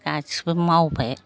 गासिबो मावबाय